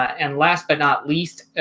and last but not least,